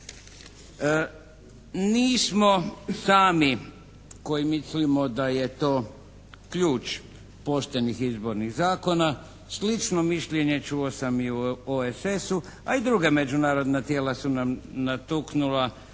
Nismo sami koji mislimo da je to ključ poštenih izbornih zakona. Slično mišljenje čuo sam i u OESS-u, a i druga međunarodna tijela su nam natuknula